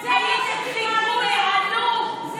הייתם חיקוי עלוב.